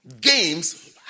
Games